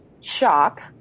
shock